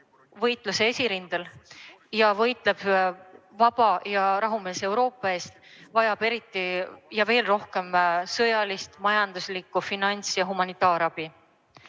võitluse esirindel ja võitleb vaba ja rahumeelse Euroopa eest, vajab eriti ja veel rohkem sõjalist, majanduslikku, finants- ja humanitaarabi.